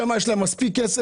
שם יש להם מספיק כסף,